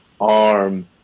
arm